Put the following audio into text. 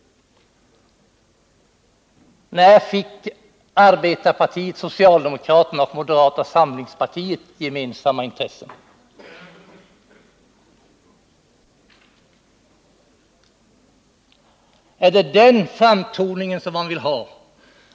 När fick arbetarpartiet socialdemokraterna och moderata samlingspartiet gemensamma intressen? Är det denna framtoning socialdemokraterna vill ha?